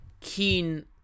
keen